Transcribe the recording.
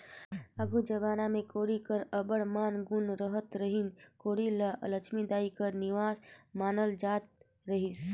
आघु जबाना मे कोठी कर अब्बड़ मान गुन रहत रहिस, कोठी ल लछमी दाई कर निबास मानल जात रहिस